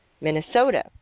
Minnesota